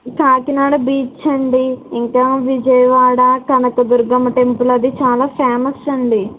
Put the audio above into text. Kakinada beach అండి ఇంకా Vijayawada Kanakadurgamma temple అది చాలా ఫేమస్ అండి